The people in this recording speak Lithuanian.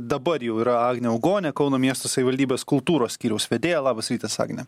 dabar jau yra agnė augonė kauno miesto savivaldybės kultūros skyriaus vedėja labas rytas agne